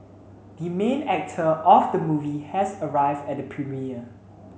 the main actor of the movie has arrived at the premiere